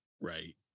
Right